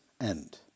end